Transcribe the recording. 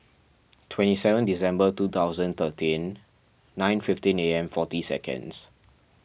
twenty seven December two thousand thirteen nine fifteen A M forty seconds